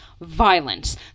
violence